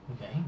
Okay